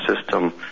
system